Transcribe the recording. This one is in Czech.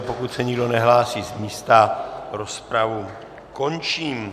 Pokud se nikdo nehlásí z místa, rozpravu končím.